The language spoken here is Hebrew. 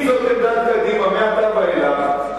אם זאת עמדת קדימה מעתה ואילך,